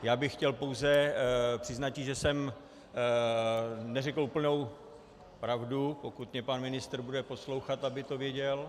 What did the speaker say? Já bych chtěl pouze přiznati, že jsem neřekl úplnou pravdu, pokud mě pan ministr bude poslouchat, aby to věděl.